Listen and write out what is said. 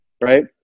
right